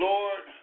Lord